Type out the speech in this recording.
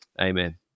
amen